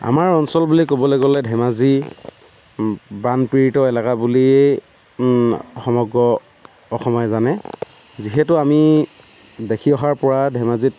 আমাৰ অঞ্চল বুলি ক'বলৈ গ'লে ধেমাজি বানপীড়িত এলেকা বুলি সমগ্ৰ অসমে জানে যিহেতু আমি দেখি অহাৰ পৰা ধেমাজিত